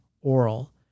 oral